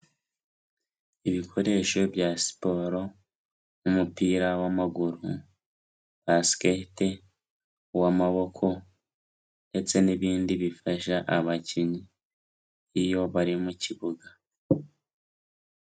Ibikoresho bya siporo n'umupira w'amaguru, basikete, uw'amaboko ndetse n'ibindi bifasha abakinnyi iyo bari mu kibuga.